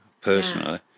personally